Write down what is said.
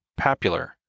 papular